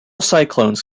cyclones